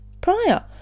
prior